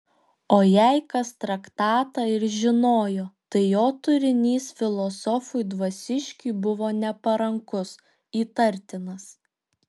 o jei kas traktatą ir žinojo tai jo turinys filosofui dvasiškiui buvo neparankus įtartinas